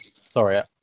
Sorry